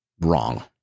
wrong